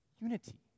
Unity